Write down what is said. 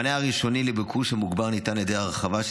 המענה הראשוני לביקוש המוגבר ניתן על ידי ההרחבה של